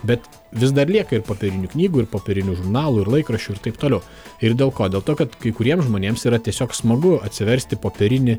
bet vis dar lieka ir popierinių knygų ir popierinių žurnalų ir laikraščių ir taip toliau ir dėl ko dėl to kad kai kuriem žmonėms yra tiesiog smagu atsiversti popierinį